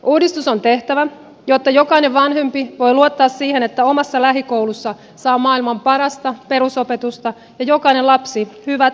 uudistus on tehtävä jotta jokainen vanhempi voi luottaa siihen että omassa lähikoulussa saa maailman parasta perusopetusta ja jokainen lapsi hyvät elämän eväät